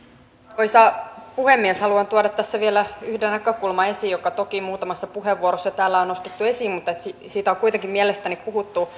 arvoisa puhemies haluan tuoda tässä vielä yhden näkökulman esiin joka toki muutamassa puheenvuorossa täällä on nostettu esiin mutta siitä on kuitenkin mielestäni puhuttu